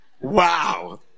Wow